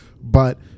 But-